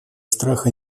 страха